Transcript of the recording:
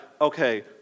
okay